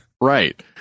Right